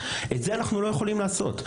את זה אנחנו לא יכולים לעשות.